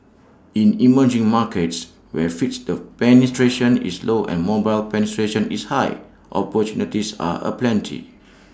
in emerging markets where fixed the penetration is low and mobile penetration is high opportunities are aplenty